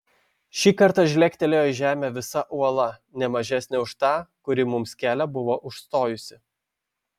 šį kartą žlegtelėjo į žemę visa uola ne mažesnė už tą kuri mums kelią buvo užstojusi